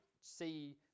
see